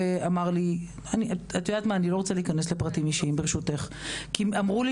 אני לא אכנס לפרטים אישיים כי אמרו לי